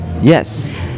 Yes